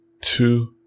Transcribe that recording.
two